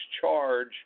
charge